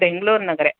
बेङ्ग्लूर्नगरे